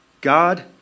God